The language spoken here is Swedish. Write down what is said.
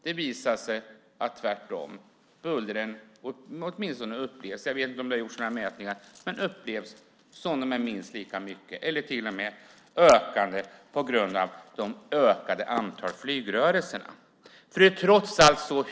Det har visat sig bli tvärtom. Jag vet inte om det gjorts några mätningar men åtminstone upplevs bullret som minst lika högt eller till och med högre på grund av det ökade antalet flygrörelser.